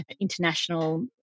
international